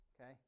okay